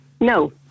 No